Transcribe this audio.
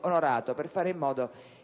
onorato e per fare in modo che,